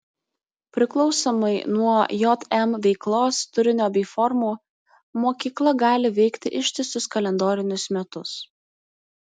priklausomai nuo jm veiklos turinio bei formų mokykla gali veikti ištisus kalendorinius metus